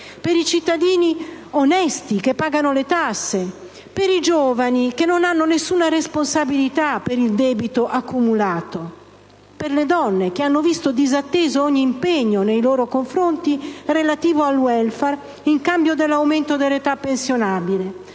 per i cittadini onesti che pagano le tasse, per i giovani che non hanno alcuna responsabilità per il debito accumulato, per le donne che hanno visto disatteso ogni impegno nei loro confronti relativo al *welfare* in cambio dell'aumento dell'età pensionabile,